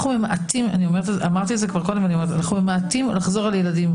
אנחנו ממעטים לחזור אל ילדים,